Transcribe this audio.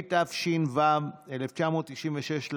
התשנ"ו 1996,